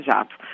Jato